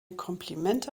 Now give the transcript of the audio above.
komplimente